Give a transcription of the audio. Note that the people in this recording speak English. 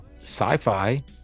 sci-fi